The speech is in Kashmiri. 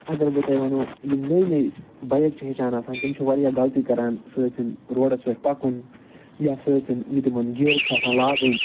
اَگر بہٕ تۄہہِ وَنہو یِم نٔے نٔے بایک چھِ ہیٚچھان آسان تِم چھِ واریاہ غلطی کران سُہ آسِنۍ روڈَس پٮ۪ٹھ پَکُن یا سُہ آسِنۍ یہِ تِمَن گیرٕز چھِ آسان لاگٕنۍ